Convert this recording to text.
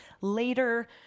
later